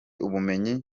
ubumenyi